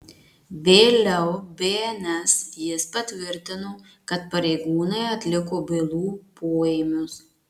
vėliau bns jis patvirtino kad pareigūnai atliko bylų poėmius